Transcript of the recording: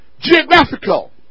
geographical